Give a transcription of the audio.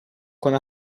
con